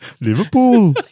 Liverpool